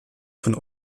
von